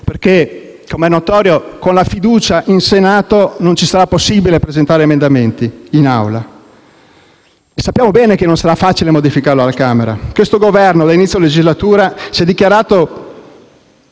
- come è notorio - con la fiducia in Senato non ci sarà possibile presentare emendamenti in Aula. E sappiamo bene che non sarà facile modificarlo alla Camera. Questo Governo, a inizio legislatura, si è dichiarato